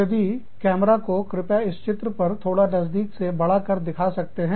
यदि कैमरा को कृपया इस चित्र पर थोड़ा नजदीक से बड़ा कर दिखा सकते हैं